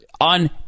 on